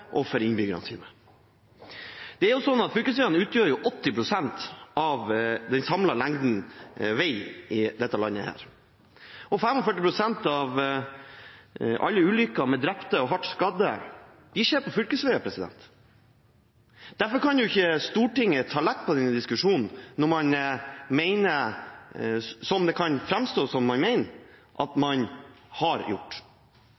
og innbyggerne sine. Fylkesveiene utgjør 80 pst. av den samlede lengden vei i dette landet. 45 pst. av alle ulykker med drepte og hardt skadde skjer på fylkesveier. Derfor kan ikke Stortinget ta lett på denne diskusjonen, som det kan framstå at man mener man har gjort. Jeg tror at vi alle sammen må innrømme at det ikke er penger til alt, som